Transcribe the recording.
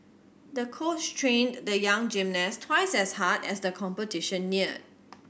the coach trained the young gymnast twice as hard as the competition neared